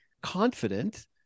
confident